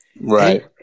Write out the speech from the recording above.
Right